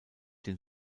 den